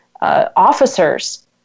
officers